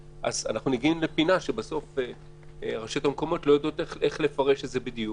מגיעים לפינה שבסוף הרשויות המקומיות לא יודעות איך לפרש את זה בדיוק,